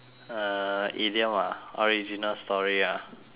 uh idiom ah original story ah